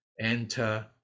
enter